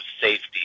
safety